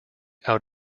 out